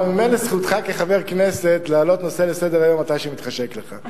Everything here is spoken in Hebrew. ממילא זכותך כחבר כנסת להעלות נושא לסדר-היום מתי שמתחשק לך.